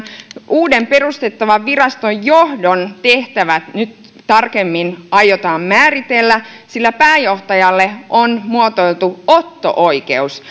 uuden perustettavan viraston johdon tehtävät nyt tarkemmin aiotaan määritellä sillä pääjohtajalle on muotoiltu otto oikeus